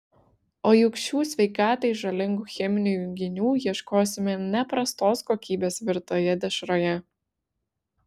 o juk šių sveikatai žalingų cheminių junginių ieškosime ne prastos kokybės virtoje dešroje